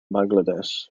bangladesh